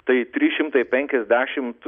tai trys šimtai penkiasdešimt